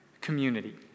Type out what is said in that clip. community